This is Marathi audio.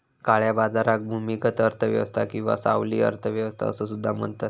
काळ्या बाजाराक भूमिगत अर्थ व्यवस्था किंवा सावली अर्थ व्यवस्था असो सुद्धा म्हणतत